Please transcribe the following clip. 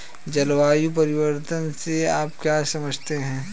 जलवायु परिवर्तन से आप क्या समझते हैं?